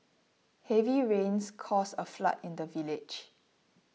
heavy rains caused a flood in the village